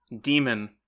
demon